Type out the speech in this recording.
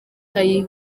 bari